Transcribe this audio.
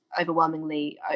overwhelmingly